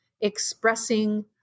expressing